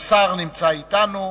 השר נמצא אתנו,